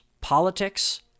politics